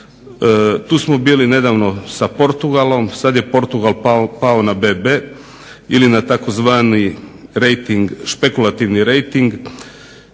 Tu smo bili nedavno sa Portugalom, sada je Portugal pao na BB ili na tzv. špekulativni rejting